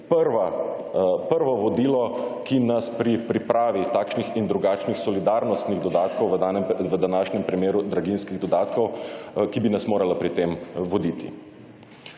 prvo vodilo, ki bi nas pri pripravi takšnih in drugačnih solidarnostnih dodatkov - v današnjem primeru draginjskih dodatkov – moralo voditi.